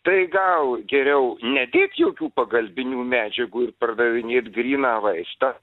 tai gal geriau nedėt jokių pagalbinių medžiagų ir pardavinėt gryną vaistą